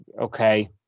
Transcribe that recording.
okay